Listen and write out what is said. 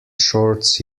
shorts